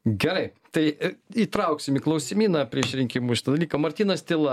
gerai tai įtrauksim į klausimyną prieš rinkimus šitą dalyką martynas tyla